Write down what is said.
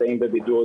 נמצאים בבידוד,